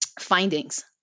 findings